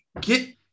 get